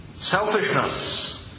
selfishness